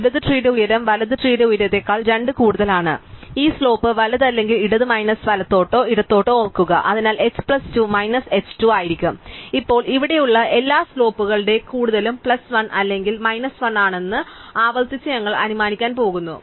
ഇടത് ട്രീടെ ഉയരം വലത് ട്രീടെ ഉയരത്തേക്കാൾ 2 കൂടുതലാണ് ഈ സ്ലോപ്പ് വലത് അല്ലെങ്കിൽ ഇടത് മൈനസ് വലത്തോട്ടോ ഇടത്തോട്ടോ ഓർക്കുക അതിനാൽ h പ്ലസ് 2 മൈനസ് h 2 ആയിരിക്കും ഇപ്പോൾ ഇവിടെയുള്ള എല്ലാ സ്ലോപ്പ്കളും കൂടുതലും പ്ലസ് 1 അല്ലെങ്കിൽ മൈനസ് 1 ആണെന്ന് ആവർത്തിച്ച് ഞങ്ങൾ അനുമാനിക്കാൻ പോകുന്നു